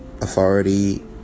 authority